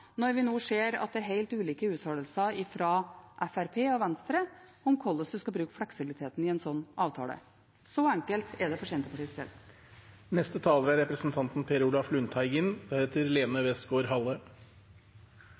når vi nå ser at det er helt ulike uttalelser fra Fremskrittspartiet og Venstre om hvordan en skal bruke fleksibiliteten i en slik avtale. Så enkelt er det for Senterpartiets del. Mål for reduksjon av CO 2 -utslipp er